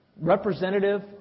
representative